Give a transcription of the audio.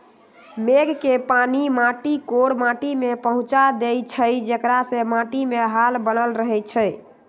मेघ के पानी माटी कोर माटि में पहुँचा देइछइ जेकरा से माटीमे हाल बनल रहै छइ